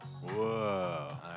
Whoa